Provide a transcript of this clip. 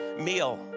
meal